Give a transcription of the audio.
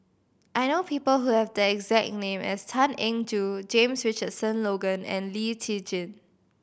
I know people who have the exact name as Tan Eng Joo James Richardson Logan and Lee Tjin